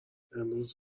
امروز